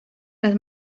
las